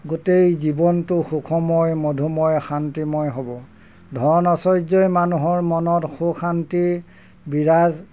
গোটেই জীৱনটো সুখময় মধুময় শান্তিময় হ'ব ধন আশ্চৰ্যই মানুহৰ মনত সুশান্তি বিৰাজ